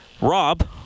Rob